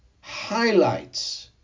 highlights